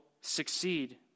succeed